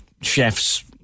chefs